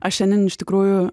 aš šiandien iš tikrųjų